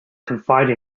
confide